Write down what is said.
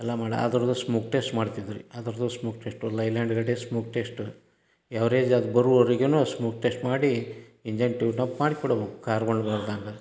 ಎಲ್ಲ ಮಾಡಿ ಅದ್ರದ್ದು ಸ್ಮೋಕ್ ಟೆಸ್ಟ್ ಮಾಡ್ತಿದ್ವಿ ಅದ್ರದ್ದು ಸ್ಮೋಕ್ ಟೆಸ್ಟು ಲೈಲ್ಯಾಂಡ್ ಗಾಡಿದು ಸ್ಮೋಕ್ ಟೆಸ್ಟು ಎವ್ರೇಜ್ ಅದು ಬರುವರ್ಗೂ ಸ್ಮೋಕ್ ಟೆಸ್ಟ್ ಮಾಡಿ ಇಂಜನ್ ಟ್ಯೂನ್ಅಪ್ ಮಾಡಿ ಕೊಡ್ಬೇಕ್ ಕಾರ್ಬನ್ ಬರ್ದಂಗೆ